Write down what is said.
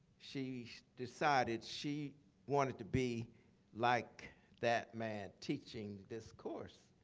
she decided she wanted to be like that man teaching this course.